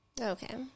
Okay